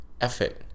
effort